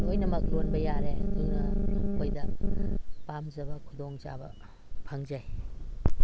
ꯂꯣꯏꯅꯃꯛ ꯂꯣꯟꯕ ꯌꯥꯔꯦ ꯑꯗꯨꯅ ꯑꯩꯈꯣꯏꯗ ꯄꯥꯝꯖꯕ ꯈꯨꯗꯣꯡ ꯆꯥꯕ ꯐꯪꯖꯩ